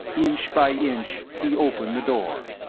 inch by inch he opened the door.